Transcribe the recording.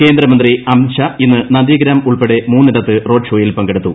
കേന്ദ്രമന്ത്രി അമിത് ്ഷാ ഇന്ന് നന്ദിഗ്രാം ഉൾപ്പെടെ മൂന്നിടത്ത് റോഡ്ഷോയിൽ പങ്കെടുത്തു